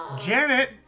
janet